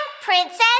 Princess